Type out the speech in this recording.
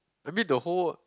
I mean the whole